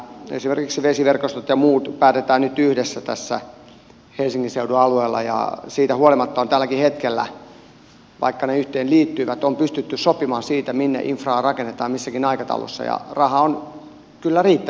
esimerkiksi nämä vesiverkostot ja muut päätetään nyt yhdessä tässä helsingin seudun alueella ja siitä huolimatta on tälläkin hetkellä vaikka ne yhteen liittyvät pystytty sopimaan siitä minne infraa rakennetaan missäkin aikataulussa ja rahaa on kyllä riittänyt joka paikkaan